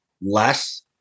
less